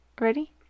Ready